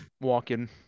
walking